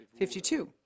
52